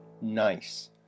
Nice